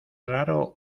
raro